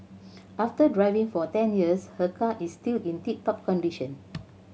after driving for ten years her car is still in tip top condition